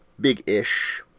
big-ish